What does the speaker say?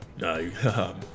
no